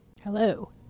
Hello